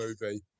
movie